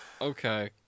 okay